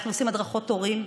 אנחנו עושים הדרכות הורים.